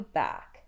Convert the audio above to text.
back